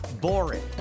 boring